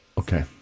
okay